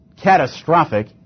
catastrophic